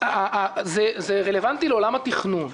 זה רלוונטי לעולם התכנון,